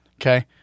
Okay